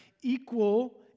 equal